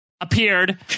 appeared